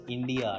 India